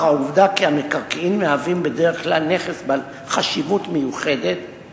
העובדה שהמקרקעין מהווים בדרך כלל נכס בעל חשיבות מיוחדת,